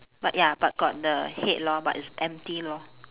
but ya but got the head lor but it's empty lor